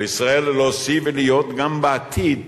על ישראל להוסיף ולהיות גם בעתיד